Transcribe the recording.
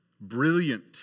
brilliant